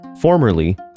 formerly